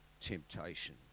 temptation